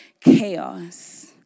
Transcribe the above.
chaos